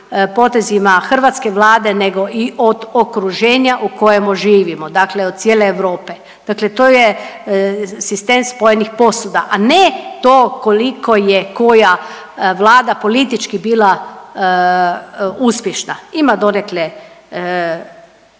potezima hrvatske vlade nego i od okruženja u kojemu živimo, dakle od cijele Europe. Dakle, to je sistem spojenih posuda, a ne to koliko je koja vlada politički bila uspješna. Ima donekle